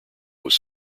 was